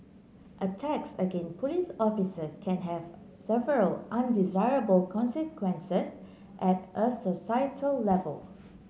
attacks again police officer can have several undesirable consequences at a societal level